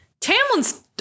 tamlin's